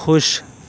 خوش